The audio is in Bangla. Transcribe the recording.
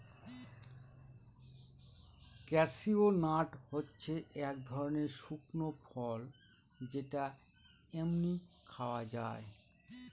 ক্যাসিউ নাট হচ্ছে এক ধরনের শুকনো ফল যেটা এমনি খাওয়া যায়